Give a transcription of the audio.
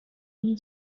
این